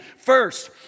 First